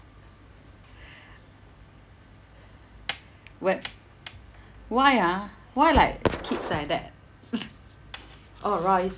wh~ why ah why like kids like that oh Royce